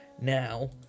Now